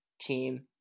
team